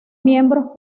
miembros